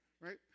right